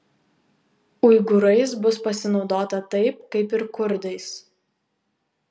uigūrais bus pasinaudota taip kaip ir kurdais